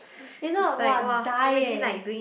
if not [wah] die leh